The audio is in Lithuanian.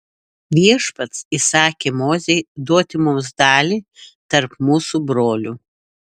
viešpats įsakė mozei duoti mums dalį tarp mūsų brolių